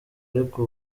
ariko